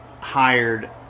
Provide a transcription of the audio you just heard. hired